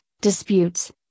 disputes